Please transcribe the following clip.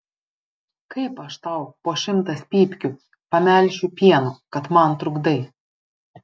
kaip aš tau po šimtas pypkių pamelšiu pieno kad man trukdai